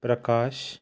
Prakash